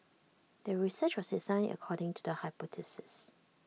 the research was designed according to the hypothesis